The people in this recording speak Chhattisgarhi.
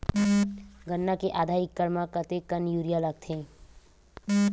गन्ना के आधा एकड़ म कतेकन यूरिया लगथे?